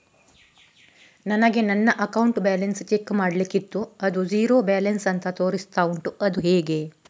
ನನಗೆ ನನ್ನ account balance check ಮಾಡ್ಲಿಕ್ಕಿತ್ತು ಅದು ಝೀರೋ ಬ್ಯಾಲೆನ್ಸ್ ಅಂತ ತೋರಿಸ್ತಾ ಉಂಟು ಅದು ಹೇಗೆ?